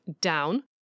down